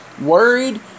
worried